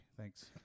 Thanks